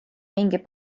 mingi